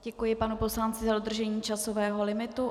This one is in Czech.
Děkuji panu poslanci za dodržení časového limitu.